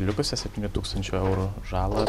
likusias septyni tūkstančiai eurų žalą